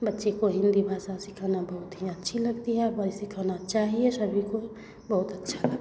बच्चे को हिन्दी भाषा सिखाना बहुत ही अच्छी लगती है वही सिखाना चाहिए सभी को बहुत अच्छा लगता है